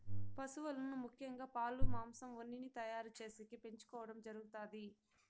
పసువులను ముఖ్యంగా పాలు, మాంసం, ఉన్నిని తయారు చేసేకి పెంచుకోవడం జరుగుతాది